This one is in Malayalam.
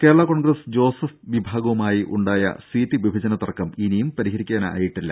കേരളാ കോൺഗ്രസ് ജോസഫ് വിഭാഗവുമായി ഉണ്ടായ സീറ്റ് വിഭജന തർക്കം ഇനിയും പരിഹരിക്കാനായിട്ടില്ല